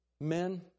Men